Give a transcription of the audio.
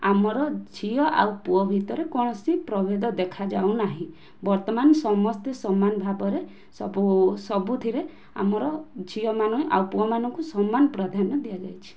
ଆମର ଝିଅ ଆଉ ପୁଅ ଭିତରେ କୌଣସି ପ୍ରଭେଦ ଦେଖା ଯାଉନାହିଁ ବର୍ତ୍ତମାନ ସମସ୍ତେ ସମାନ ଭାବରେ ସବୁ ସବୁଥିରେ ଆମର ଝିଅମାନେ ଆଉ ପୁଅମାନଙ୍କୁ ସମାନ ପ୍ରାଧାନ୍ୟ ଦିଆଯାଇଛି